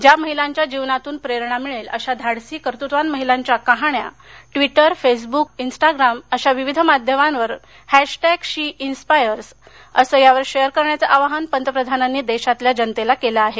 ज्या महिलांच्या जीवनातून प्रेरणा मिळेल अशा धाडसी कर्तृत्ववान महिलांच्या कहाण्या ट्वीटर फेसबुक इन्स्टाग्राम अशा विविध माध्यमांवर हॅशटॅग शी इन्स्पायर्स अस यावर शेअर करण्याचं आवाहन पंतप्रधानांनी देशातल्या जनतेला केलं आहे